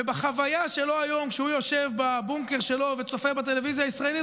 ובחוויה שלו היום כשהוא יושב בבונקר שלו וצופה בטלוויזיה הישראלית,